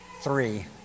three